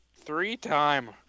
Three-time